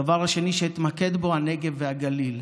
הדבר השני שאתמקד בו, הנגב והגליל.